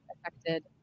affected